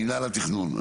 מינהל התכנון,